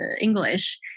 English